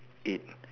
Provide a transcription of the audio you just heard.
eight